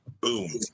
boom